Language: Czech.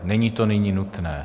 Není to nyní nutné.